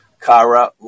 Kara